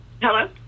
hello